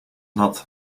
nat